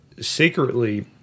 secretly